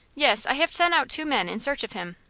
yes, i have sent out two men in search of him.